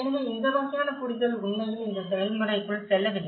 எனவே இந்த வகையான புரிதல் உண்மையில் இந்த செயல்முறைக்குள் செல்லவில்லை